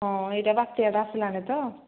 ହଁ ଏଇଟା ବାତ୍ୟାଟା ଆସିଲାଣି ତ